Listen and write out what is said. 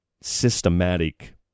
systematic